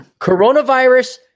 Coronavirus